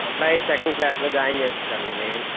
అబ్బాయి సెకండ్ క్లాస్లో జాయిన్ చేపిచ్చాలండి